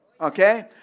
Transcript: Okay